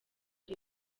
ari